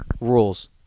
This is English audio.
Rules